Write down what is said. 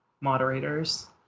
moderators